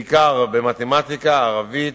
בעיקר במתמטיקה, ערבית,